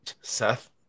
Seth